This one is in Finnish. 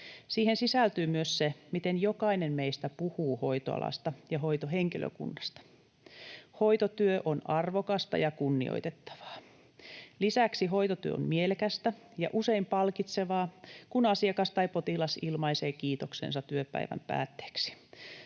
Siihen sisältyy myös se, miten jokainen meistä puhuu hoitoalasta ja hoitohenkilökunnasta. Hoitotyö on arvokasta ja kunnioitettavaa. Lisäksi hoitotyö on mielekästä ja usein palkitsevaa, kun asiakas tai potilas ilmaisee kiitoksensa työpäivän päätteeksi